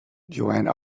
joanne